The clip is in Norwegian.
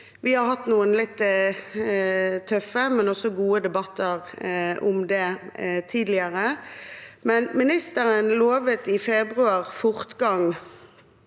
Vi har hatt noen litt tøffe, men også gode, debatter om det tidligere. Statsråden lovet i februar fortgang